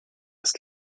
ist